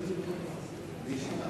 הצעת